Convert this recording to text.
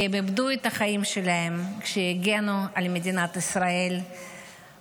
כי הם איבדו את החיים שלהם כשהגנו על מדינת ישראל ואזרחיה.